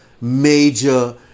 major